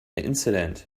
incident